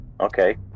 Okay